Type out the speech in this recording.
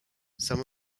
some